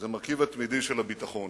זה המרכיב התמידי של הביטחון.